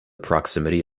proximity